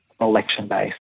election-based